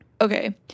okay